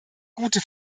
gute